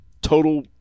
total